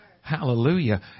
Hallelujah